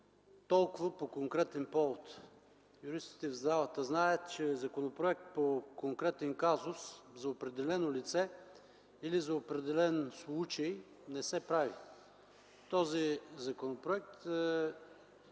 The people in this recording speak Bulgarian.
толкова конкретен повод. Юристите в залата знаят, че законопроект по конкретен казус за определено лице или за определен случай не се прави. Този законопроект